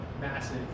massive